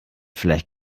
vielleicht